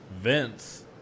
Vince